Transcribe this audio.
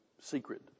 secret